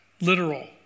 literal